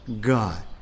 God